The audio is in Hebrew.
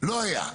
לא היה.